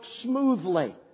smoothly